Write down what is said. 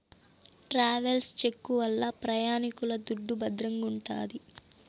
travels cheque వల్ల ప్రయాణికుల దుడ్డు భద్రంగుంటాది